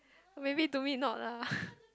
maybe to me not lah